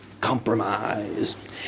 Compromise